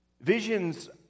Visions